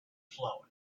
flowing